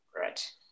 right